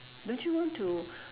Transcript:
don't you want to